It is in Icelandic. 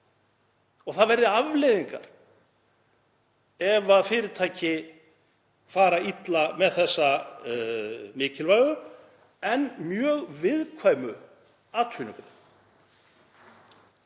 að það verði afleiðingar ef fyrirtæki fara illa með þessa mikilvægu en mjög viðkvæmu atvinnugrein.